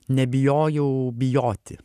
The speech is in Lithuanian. nebijojau bijoti